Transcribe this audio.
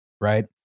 Right